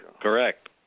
Correct